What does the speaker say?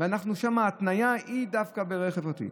שם ההתניה היא דווקא ברכב פרטי.